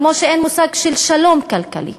כמו שאין מושג של שלום כלכלי.